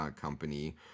company